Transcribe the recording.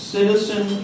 Citizen